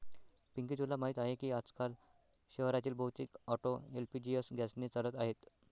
पिंकी तुला माहीत आहे की आजकाल शहरातील बहुतेक ऑटो एल.पी.जी गॅसने चालत आहेत